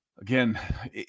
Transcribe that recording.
Again